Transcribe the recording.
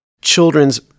children's